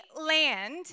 land